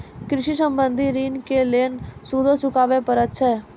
कृषि संबंधी ॠण के लेल सूदो चुकावे पड़त छै?